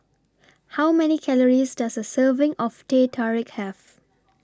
How Many Calories Does A Serving of Teh Tarik Have